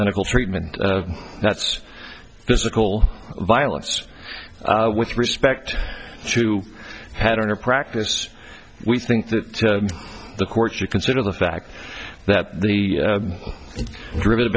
medical treatment that's physical violence with respect to head on or practice we think that the court you consider the fact that the derivative